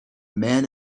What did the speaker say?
man